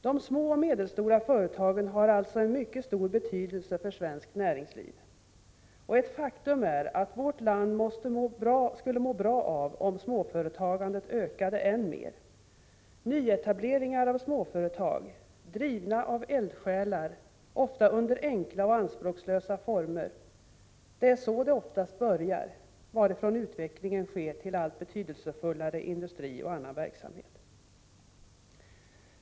De små och medelstora företagen har alltså mycket stor betydelse för svenskt näringsliv. Faktum är att vårt land skulle må bra av att småföretagandet ökade ännu mer. Oftast börjar det med nyetableringar av småföretag — drivna av eldsjälar och ofta i enkla och anspråkslösa former. Sedan går utvecklingen i riktning mot en allt betydelsefullare industri och annan verksamhet.